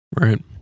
Right